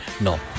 no